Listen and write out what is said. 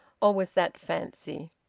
or was that fancy?